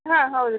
ಹಾಂ ಹೌದು